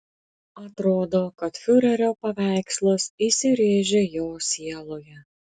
atrodo kad fiurerio paveikslas įsirėžė jo sieloje